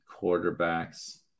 quarterbacks